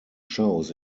shows